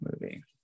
movie